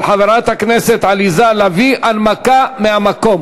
לדיון מוקדם בוועדה לקידום מעמד האישה